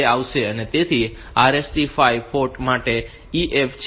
તેથી RST 5 port માટે તે EF છે